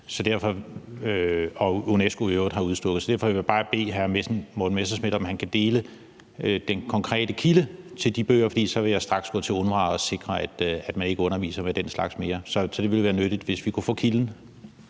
og i øvrigt UNESCO har udstukket. Derfor vil jeg bare bede hr. Morten Messerschmidt om at dele den konkrete kilde til de bøger, for så vil jeg straks gå til UNRWA og sikre, at man ikke underviser med den slags mere. Så det ville være nyttigt, hvis vi kunne få kilden.